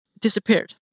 disappeared